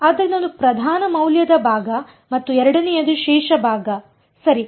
ಆದ್ದರಿಂದ ಒಂದು ಪ್ರಧಾನ ಮೌಲ್ಯದ ಭಾಗ ಮತ್ತು ಎರಡನೆಯದು ಶೇಷ ಭಾಗ ಸರಿ